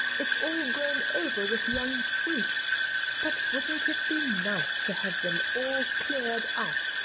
it's all grown over with young spruce but wouldn't it be nice to have them all cleared out,